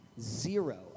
zero